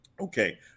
Okay